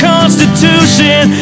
Constitution